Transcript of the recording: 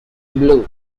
blue